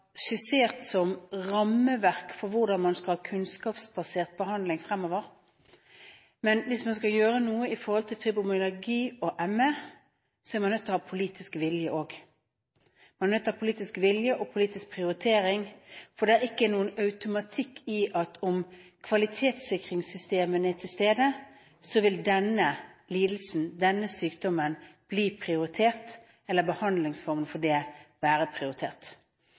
skissert som rammeverk for hvordan man skal ha kunnskapsbasert behandling fremover. Men hvis man skal gjøre noe i forhold til fibromyalgi og ME, er man nødt til å ha politisk vilje også. Man er nødt til å ha politisk vilje og politisk prioritering, for det er ikke noen automatikk i at om kvalitetssikringssystemene er til stede, vil denne lidelsen, denne sykdommen, bli prioritert, eller behandlingsformen for den være prioritert.